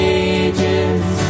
ages